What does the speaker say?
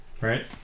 Right